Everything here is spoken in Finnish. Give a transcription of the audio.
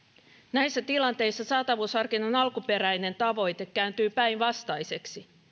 näissä tilanteissa saatavuusharkinnan alkuperäinen tavoite kääntyy päinvastaiseksi